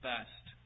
best